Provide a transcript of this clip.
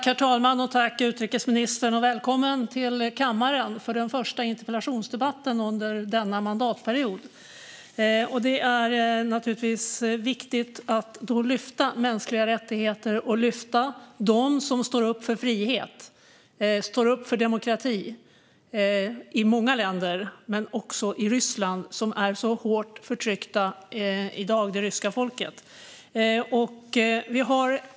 Herr talman! Tack för svaret, utrikesministern, och välkommen till kammaren för den första interpellationsdebatten under denna mandatperiod! Det är naturligtvis viktigt att då lyfta fram mänskliga rättigheter och dem som står upp för frihet och demokrati i många länder, också det ryska folket i Ryssland som i dag är så starkt förtryckt.